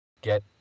get